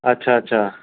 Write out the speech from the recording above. अच्छा अच्छा